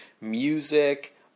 music